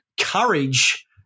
courage